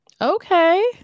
Okay